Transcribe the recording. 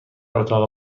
اتاق